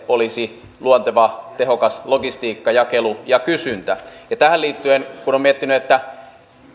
olisi luonteva tehokas logistiikkajakelu ja kysyntä tähän liittyen kun olen miettinyt että